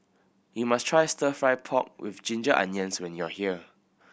you must try Stir Fry pork with ginger onions when you are here